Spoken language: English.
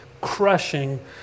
crushing